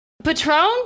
Patron